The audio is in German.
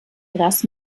grass